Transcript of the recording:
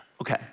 Okay